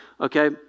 okay